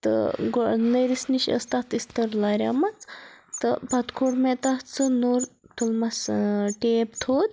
تہٕ گۄ نٔرِِس نِش ٲس تَتھ اِستٕر لاریمٕژ تہٕ پَتہٕ کوٚر مےٚ تَتھ سُہ نوٚر تُلمَس ٲں ٹیپ تھوٚد